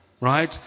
right